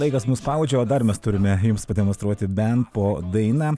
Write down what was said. laikas mus spaudžia o dar mes turime jums pademonstruoti bent po dainą